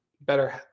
better